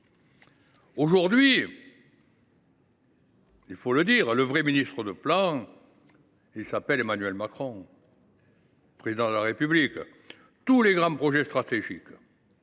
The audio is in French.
Aujourd’hui, le vrai ministre du plan s’appelle Emmanuel Macron, Président de la République. Tous les grands projets stratégiques